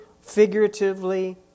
figuratively